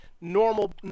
normal